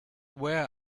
where